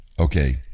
okay